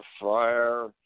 fire